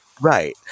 Right